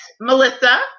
Melissa